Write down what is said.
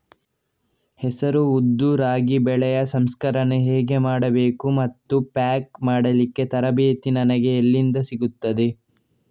ಹೆಸರು, ಉದ್ದು, ರಾಗಿ ಬೆಳೆಯ ಸಂಸ್ಕರಣೆ ಹೇಗೆ ಮಾಡಬೇಕು ಮತ್ತು ಪ್ಯಾಕ್ ಮಾಡಲಿಕ್ಕೆ ತರಬೇತಿ ನನಗೆ ಎಲ್ಲಿಂದ ಸಿಗುತ್ತದೆ?